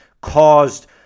caused